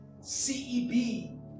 CEB